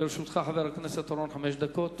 חבר הכנסת אורון, לרשותך חמש דקות.